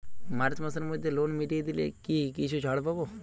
March মাসের মধ্যে loan মিটিয়ে দিলে কি কিছু ছাড় পাব?